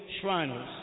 shriners